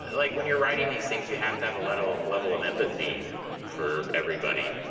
like when you're writing these things, you have to have a level level of empathy for everybody.